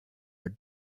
are